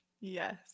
yes